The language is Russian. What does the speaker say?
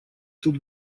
тут